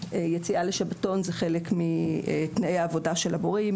יציאה לשבתון היא חלק מתנאי העבודה של המורים,